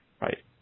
Right